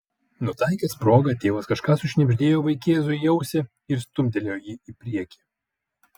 nutaikęs progą tėvas kažką sušnibždėjo vaikėzui į ausį ir stumtelėjo jį į priekį